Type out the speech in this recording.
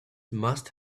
must